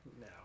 No